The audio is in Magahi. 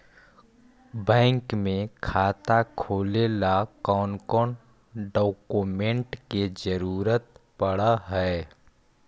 बैंक में खाता खोले ल कौन कौन डाउकमेंट के जरूरत पड़ है?